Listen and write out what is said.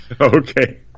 Okay